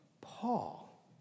paul